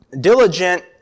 diligent